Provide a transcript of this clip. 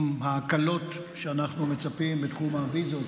ההקלות שאנחנו מצפים להן בתחום הוויזות